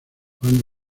juan